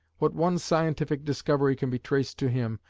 what one scientific discovery can be traced to him,